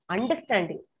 Understanding